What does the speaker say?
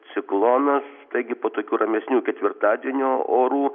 ciklonas taigi po tokių ramesnių ketvirtadienio orų